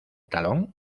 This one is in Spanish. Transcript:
talón